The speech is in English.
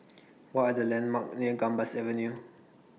What Are The landmarks near Gambas Avenue